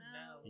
no